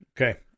Okay